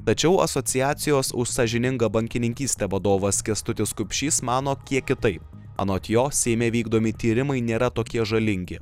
tačiau asociacijos už sąžiningą bankininkystę vadovas kęstutis kupšys mano kiek kitaip anot jo seime vykdomi tyrimai nėra tokie žalingi